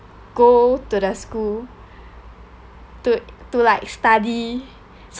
go to the school to to like study